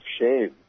shame